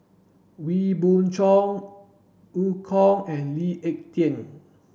Wee Beng Chong Eu Kong and Lee Ek Tieng